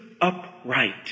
upright